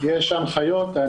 יש הנחיות.